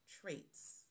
traits